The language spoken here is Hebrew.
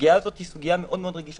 הסוגיה הזאת היא סוגיה מאוד מאוד רגישה,